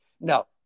No